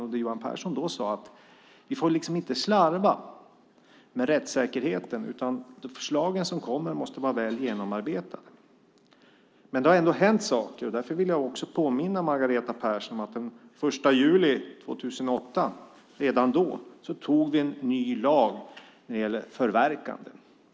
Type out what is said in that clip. Där sade Johan Pehrson att vi inte får slarva med rättssäkerheten. De förslag som kommer måste vara väl genomarbetade. Det har ändå hänt saker, och därför vill jag påminna Margareta Persson om att redan den 1 juli 2008 antog vi en ny lag om förverkande.